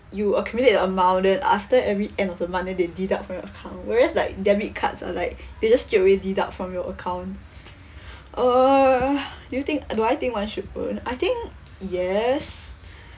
you accumulate an amount then after every end of the month then they deduct from your account whereas like debit cards are like they just straightaway deduct from your account uh you think do I think one should own I think yes